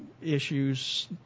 issues